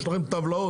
יש לכם טבלאות,